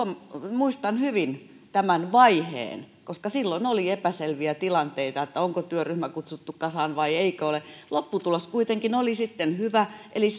muistan hyvin tämän vaiheen koska silloin oli epäselviä tilanteita onko työryhmä kutsuttu kasaan vai eikö ole lopputulos kuitenkin oli sitten hyvä eli